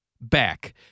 back